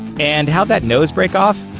and how'd that nose break off?